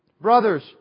Brothers